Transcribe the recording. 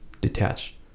detach